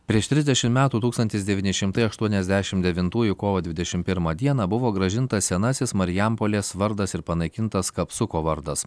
prieš trisdešim metų tūkstantis devyni šimtai aštuoniasdešim devintųjų kovo dvidešim pirmą dieną buvo grąžintas senasis marijampolės vardas ir panaikintas kapsuko vardas